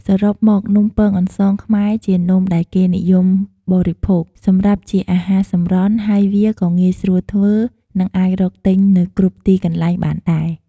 សរុបមកនំពងអន្សងខ្មែរជានំដែលគេនិយមកបរិភោគ សម្រាប់ជាអាហារសម្រន់ ហើយវាក៏ងាយស្រួលធ្វើ និងអាចរកទិញនៅគ្រប់ទីកន្លែងបានដែរ។